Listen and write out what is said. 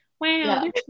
wow